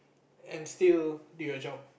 and still do your job